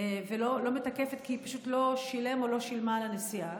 ולא מתקפת כי היא פשוט לא שילם או לא שילמה על הנסיעה,